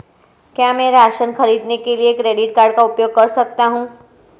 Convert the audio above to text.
क्या मैं राशन खरीदने के लिए क्रेडिट कार्ड का उपयोग कर सकता हूँ?